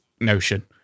notion